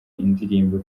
indirimbo